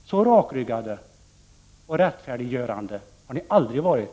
Så rakryggade och rättfärdiga har moderaterna aldrig varit.